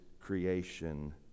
creation